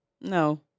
No